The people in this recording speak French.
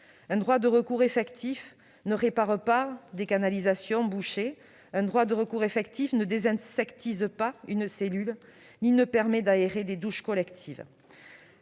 Un droit de recours effectif ne répare pas des canalisations bouchées, pas plus qu'il ne désinsectise une cellule ou qu'il ne permet d'aérer des douches collectives.